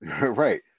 Right